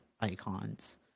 icons